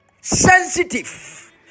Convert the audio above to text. sensitive